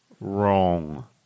wrong